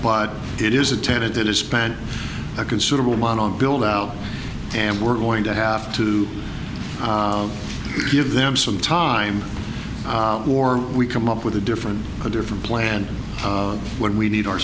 but it is a tenet that is spent a considerable amount on build out and we're going to have to give them some time or we come up with a different a different plan when we need our